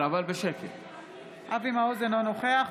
נגד